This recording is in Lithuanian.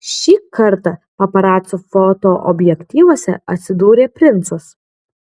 šį kartą paparacų fotoobjektyvuose atsidūrė princas